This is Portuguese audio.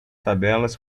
tabelas